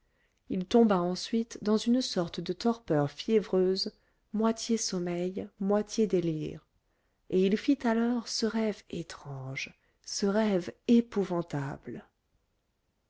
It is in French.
il tomba ensuite dans une sorte de torpeur fiévreuse moitié sommeil moitié délire et il fit alors ce rêve étrange ce rêve épouvantable